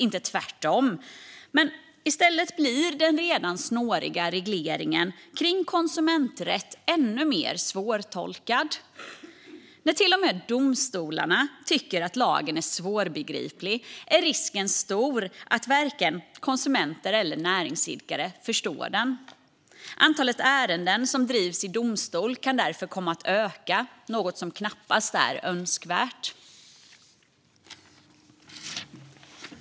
I stället blir den redan snåriga regleringen kring konsumenträtt ännu mer svårtolkad. När till och med domstolarna tycker att lagen är svårbegriplig är risken stor att varken konsumenter eller näringsidkare förstår den. Antalet ärenden som drivs i domstol kan därför komma att öka, något som knappast är önskvärt.